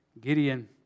Gideon